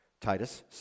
Titus